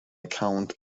account